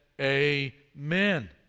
amen